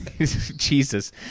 Jesus